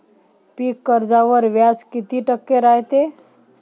पीक कर्जावर व्याज किती टक्के रायते?